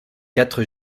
quatre